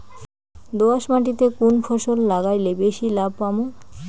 দোয়াস মাটিতে কুন ফসল লাগাইলে বেশি লাভ পামু?